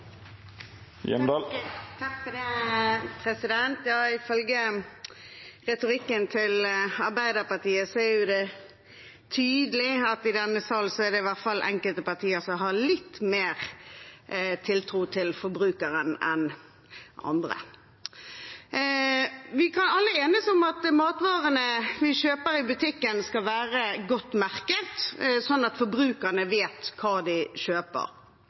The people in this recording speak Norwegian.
retorikken til Arbeiderpartiet er det tydelig at i denne salen er det i hvert fall enkelte partier som har litt mer tiltro til forbrukeren enn andre. Vi kan alle enes om at matvarene vi kjøper i butikken, skal være godt merket, slik at forbrukerne vet hva de kjøper.